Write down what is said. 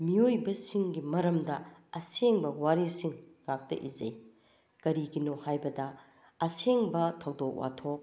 ꯃꯤꯑꯣꯏꯕꯁꯤꯡꯒꯤ ꯃꯔꯝꯗ ꯑꯁꯦꯡꯕ ꯋꯥꯔꯤꯁꯤꯡꯉꯛꯇ ꯏꯖꯩ ꯀꯔꯤꯒꯤꯅꯣ ꯍꯥꯏꯕꯗ ꯑꯁꯦꯡꯕ ꯊꯧꯗꯣꯛ ꯋꯥꯊꯣꯛ